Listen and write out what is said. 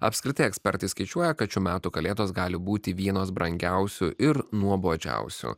apskritai ekspertai skaičiuoja kad šių metų kalėdos gali būti vienos brangiausių ir nuobodžiausių